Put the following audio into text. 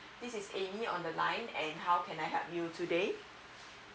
this is ammy on the line and how can I help you today